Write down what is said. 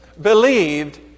believed